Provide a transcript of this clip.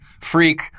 freak